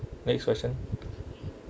next question